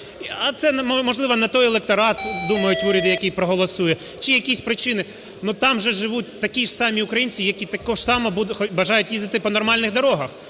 А це, можливо, не той електорат, думають в уряді, який проголосує чи якісь причини. Ну, там же ж живуть такі ж самі українці, які також само бажають їздити по нормальним дорогах